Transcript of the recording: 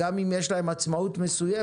גם אם יש להם עצמאות מסוימת